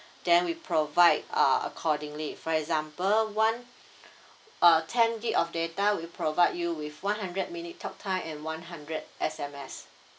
then we provide uh accordingly for example one uh ten gig of data we provide you with one hundred minute talk time and one hundred S_M_S